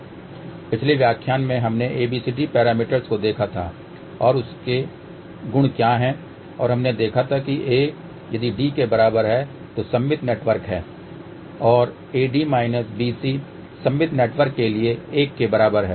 पिछले व्याख्यान में हमने ABCD पैरामीटर्स को देखा था और इसके गुण क्या हैं और हमने देखा था कि A यदि D के बराबर है तो सममित नेटवर्क है और AD माइनस BC सममित नेटवर्क के लिए 1 के बराबर है